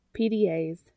PDAs